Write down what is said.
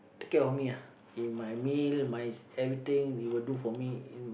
take care of me ah in my meal my everything we will do for me in